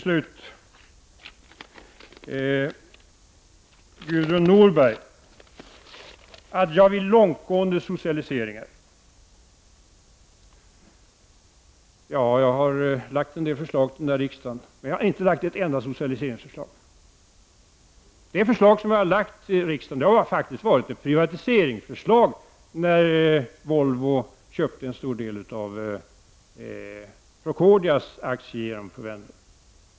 att jag vill genomföra långtgående socialiseringar. Jag har framlagt en del förslag för riksdagen men inte ett enda socialiseringsförslag. Det var faktiskt ett privatiseringsförslag som jag lade fram när Volvo köpte en stor del av Procordias aktier.